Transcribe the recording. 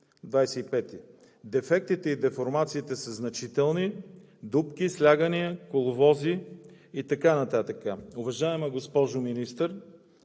Дефектите и деформациите са значителни – дупки, слягания, коловози и така нататък. Уважаема госпожо Министър,